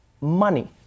money